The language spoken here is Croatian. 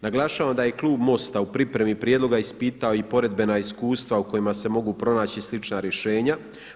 Naglašavam da je klub MOST-a u pripremi prijedloga ispitao i poredbena iskustva u kojima se mogu pronaći slična rješenja.